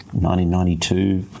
1992